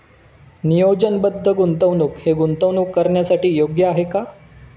नियोजनबद्ध गुंतवणूक हे गुंतवणूक करण्यासाठी योग्य आहे का?